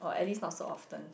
or at least not so often